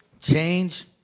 change